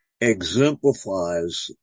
exemplifies